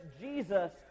Jesus